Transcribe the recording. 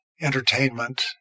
entertainment